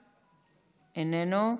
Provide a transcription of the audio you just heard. איננו,